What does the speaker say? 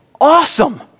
awesome